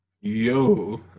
Yo